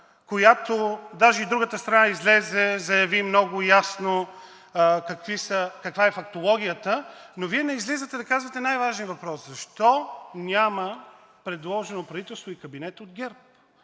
димка, даже и другата страна излезе и заяви много ясно каква е фактологията, но Вие не излизате да казвате най-важния въпрос защо няма предложено правителство и кабинет от ГЕРБ?